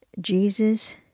Jesus